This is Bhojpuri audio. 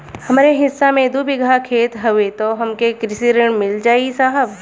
हमरे हिस्सा मे दू बिगहा खेत हउए त हमके कृषि ऋण मिल जाई साहब?